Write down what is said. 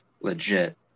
legit